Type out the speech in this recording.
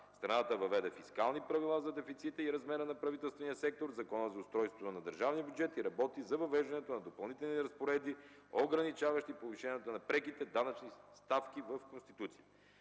Страната въведе фискални правила за дефицита и размера на правителствения сектор в Закона за устройството на държавния бюджет и работи за въвеждането на допълнителни разпоредби, ограничаващи повишенията на преките данъчни ставки в Конституцията.